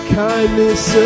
kindness